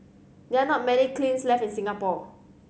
there are not many kilns left in Singapore